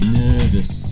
nervous